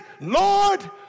Lord